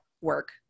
work